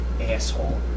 asshole